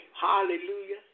Hallelujah